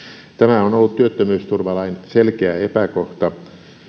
tämä on ollut työttömyysturvalain selkeä epäkohta